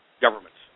governments